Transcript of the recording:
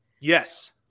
Yes